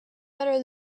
better